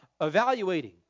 evaluating